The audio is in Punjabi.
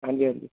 ਹਾਂਜੀ ਹਾਂਜੀ